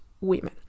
women